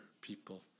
people